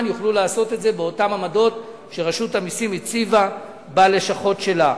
יוכלו לעשות את זה באותן עמדות שרשות המסים הציבה בלשכות שלה.